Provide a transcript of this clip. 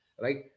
right